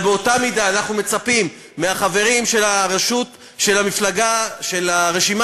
אבל באותה מידה אנחנו מצפים מהחברים של הרשימה המשותפת,